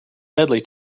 deadly